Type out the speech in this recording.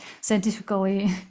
scientifically